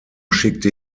schickte